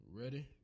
Ready